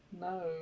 No